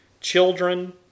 children